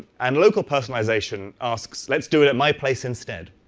and local personalization asks let's do it at my place instead.